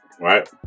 Right